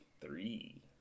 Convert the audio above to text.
Three